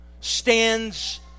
stands